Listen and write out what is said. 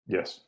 Yes